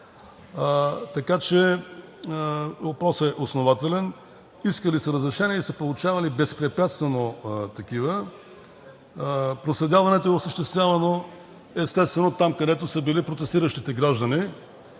Въпросът е основателен. Искали са разрешения и са получавали безпрепятствено такива. Проследяването е осъществявано, естествено, там, където са били протестиращите граждани.